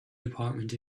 department